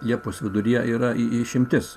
liepos viduryje yra išimtis